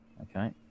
Okay